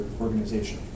organization